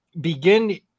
begin